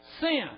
sin